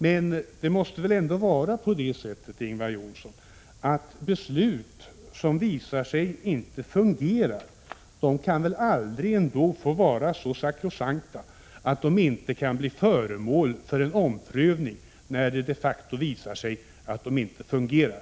Men det måste väl ändå vara på det sättet, Ingvar Johnsson, att beslut som visar sig inte fungera aldrig kan få vara så sakrosankta att de inte kan bli föremål för omprövning när det de facto visar sig att saker och ting inte fungerar!